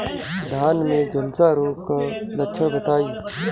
धान में झुलसा रोग क लक्षण बताई?